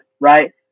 right